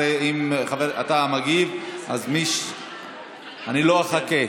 אם אתה מגיב, אני לא אחכה.